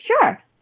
sure